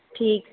ਠੀਕ